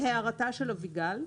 להערתה של אביגיל.